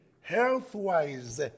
health-wise